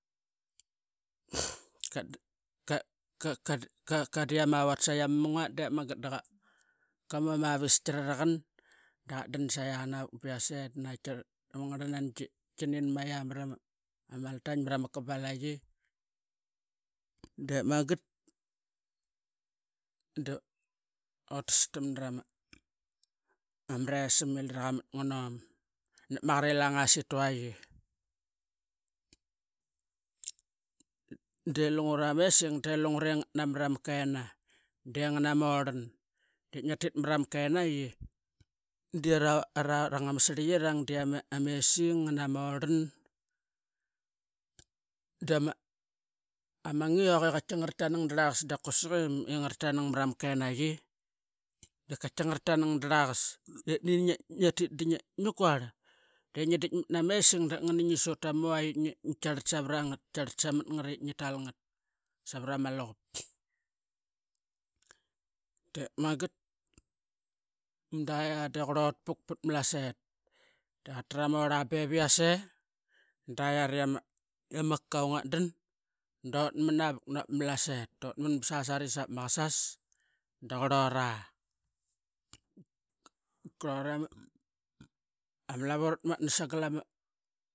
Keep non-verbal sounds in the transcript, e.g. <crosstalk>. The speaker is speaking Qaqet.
<noise> ka- ka- ka- ka- Kaka dit amaut saqi ama mangat daqamu ama visiki raraqan daqatdan sai yani vuk be yas ee dama ngarnanki iya nin mia ya marama altaing mara ma kabalaqi dep mangat dotas tamna rama ricam ilira qamat nganom nap ma qarilang astoriya delungura amessing delungara ingat namara ma kena. De ngan ama oran ip ngiltit mara ma kenaqi dia arang ama sriqiqira dia ama essing ngana ma oran dama ngiok i qati nguratang draqas dap kuasik ingaratang mara ma kenayi, dap kati ngaratang draqas nani natit diniquar dikmat nama essing dap ngan na sut tama na uvait ip yatarat savarangat nitarat samat ngat ip nitalngat savarat ama luqup. Dep niagat mada ya de qurotpuk na malasaet da qarta ama orl bevisei da yara ima cocoa ngatdan utman navuk navat ma malasaet sasa ri savat. Maqasas da qurora qurora ima lavu ratmatna sangal ama.